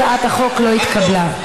הצעת החוק לא התקבלה.